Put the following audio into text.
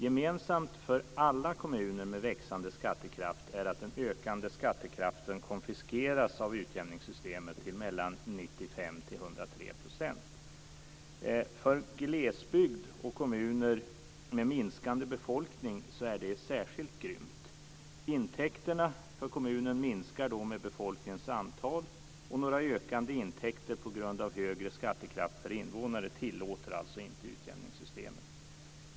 Gemensamt för alla kommuner med växande skattekraft är att den ökande skattekraften konfiskeras av utjämningssystemet till mellan 95 och 103 %. För glesbygd och kommuner med minskande befolkning är det särskilt grymt. Intäkterna för kommunen minskar då med befolkningens antal, och några ökande intäkter på grund av högre skattekraft per invånare tillåter alltså inte utjämningssystemet.